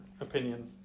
opinion